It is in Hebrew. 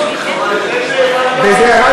וזה ירד